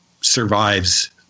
survives